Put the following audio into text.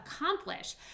accomplish